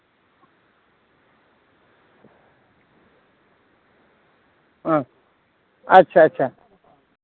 ᱟᱪᱪᱷᱟ ᱟᱪᱪᱷᱟ